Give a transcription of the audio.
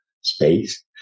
space